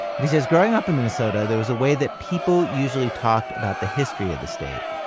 and he says, growing up in minnesota there was a way that people usually talked about the history of the state.